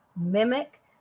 mimic